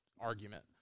argument